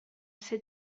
ser